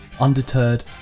Undeterred